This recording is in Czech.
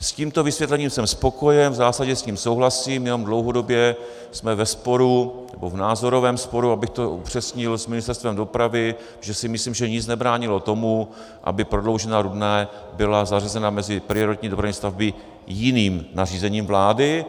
S tímto vysvětlením jsem spokojen, v zásadě s ním souhlasím, jenom dlouhodobě jsme ve sporu, nebo v názorovém sporu, abych to upřesnil, s Ministerstvem dopravy, že si myslím, že nic nebránilo tomu, aby Prodloužená Rudná byla zařazena mezi prioritní dopravní stavby jiným nařízením vlády.